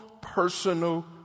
personal